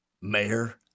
Mayor